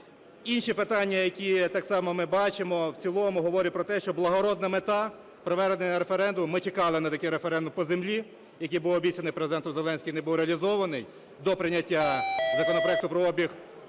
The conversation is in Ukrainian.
Інші питання, які так само ми бачимо, в цілому говорять про те, що благородна мета – проведення референдуму – ми чекали на такий референдум по землі, який був обіцяний Президентом Зеленським і не був реалізований до прийняття Законопроекту про обіг